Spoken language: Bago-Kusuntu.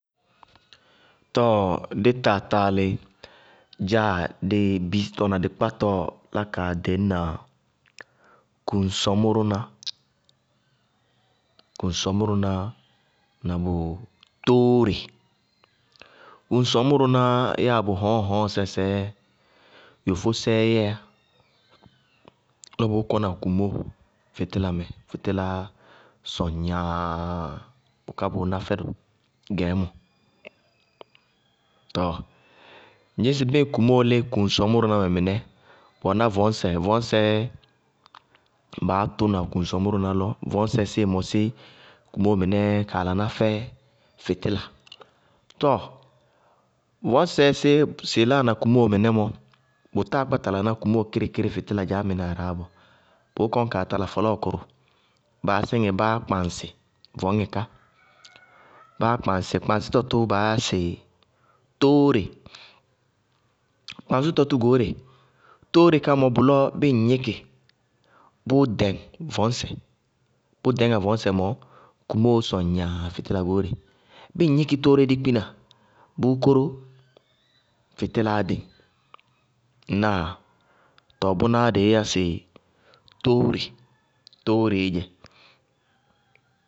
Tɔɔ dí taataalɩ! Dza dɩ bisítɔ na dɩ kpátɔ lá kaa ɖeñna kuŋsɔmʋrʋná. Kuŋsɔmʋrʋná na bʋ tóóre. Kuŋsɔmʋrʋná yáa bʋ hɔñŋhɔñŋsɛ sɛɛ yofósɛɛ yɛyá lɔ bʋʋ kɔna kumóo fɩtílamɛ fɩtɩlaá sɔŋ gnaaa bʋká bʋʋ ná fɛdʋ gɛɛmɔ. Tɔɔ ŋñdzɩñsɩ bíɩ kumóo lí kuŋsɔmʋrʋná mɛ mɩnɛ, bʋ wɛná vɔɔsɛ, vɔɔsɛɛ baá tʋná kuŋsɔmʋrʋná lɔ, vɔɔsɛ síɩ mɔsí kumóo mɩnɛɛ ka laná fɛ fɩtɩla. Tɔɔ vɔɔsɛ sí sɩɩ láana kumóo mɔɔ bʋ táa kpáta laná kumóo kíríkírí fɩtɩla dzaá mɩnɛ aráa bɔɔ, bʋʋ kɔní kaa tala fɔlɔɔkʋrʋ, báá síŋí báá kpaŋsí vɔɔŋɛ ká. báá kpaŋsɩ, kpaŋsítɔ tʋʋ baá yá sɩ tóóre. Kpaŋsítɔ tʋ goóre, tóóre ká bʋlɔ mɔ, bʋlɔɔ bíɩ ŋ gníkɩ, bʋʋ ɖɛŋ vɔɔsɛ, bʋ ɖɛñŋá vɔɔsɛ mɔɔ, kumóoó sʋŋ gnaa fɩtíla goóre, bíɩ ŋ gníkɩ tóóre dí kpina, bʋʋ kóró, fɩtílaá ɖɩŋ. Ŋnáa? Tɔɔ bʋnáá dɩí yá sɩ tóóre. Tóóreé dzɛ.